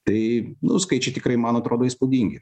tai nu skaičiai tikrai man atrodo įspūdingi